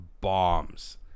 bombs